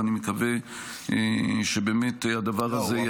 ואני מקווה שבאמת הדבר הזה ייעשה.